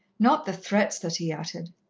not the threats that he uttered.